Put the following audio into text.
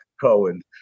cohen